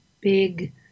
big